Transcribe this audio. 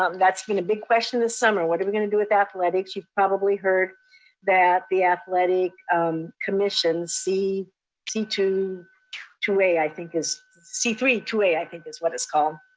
um that's been a big question this summer. what are we going to do with athletics? you've probably heard that the athletic commissions, c t two two a i think is c three two a, i think is what it's called.